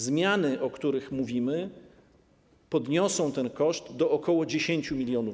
Zmiany, o których mówimy, podniosą ten koszt do ok. 10 mln.